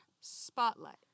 spotlight